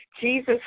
Jesus